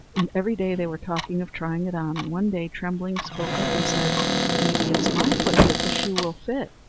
and every day they were talking of trying it on and one day trembling spoke up and said maybe it's my foot that the shoe will fit.